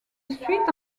suit